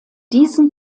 diesen